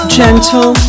gentle